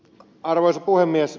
arvoisa puhemies